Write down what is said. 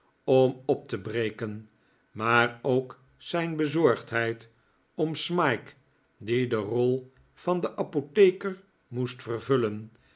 om op te breken maar ook zijn bezorgdheid om smike die de rol van den apotheker moest vervullen